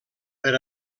per